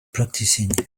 practicing